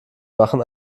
machen